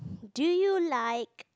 do you like